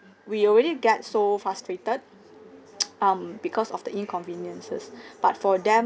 we already get so frustrated um because of the inconveniences but for them